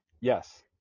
Yes